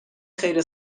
خیر